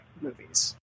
movies